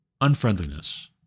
unfriendliness